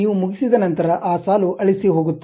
ನೀವು ಮುಗಿಸಿದ ನಂತರ ಆ ಸಾಲು ಅಳಿಸಿಹೋಗುತ್ತದೆ